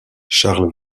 charles